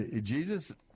Jesus